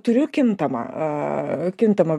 turiu kintamą a kintamą